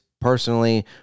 personally